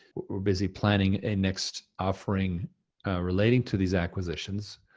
we're busy planning a next offering relating to these acquisitions,